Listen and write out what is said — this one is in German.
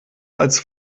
als